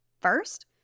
First